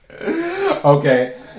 Okay